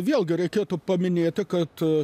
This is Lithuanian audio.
vėlgi reikėtų paminėti kad